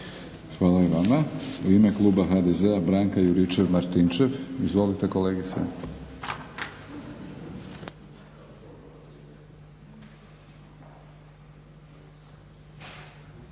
Hvala i vama. U ime kluba HDZ-a, Branka Juričev-Martinčev. Izvolite kolegice.